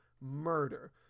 murder